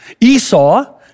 Esau